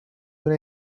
una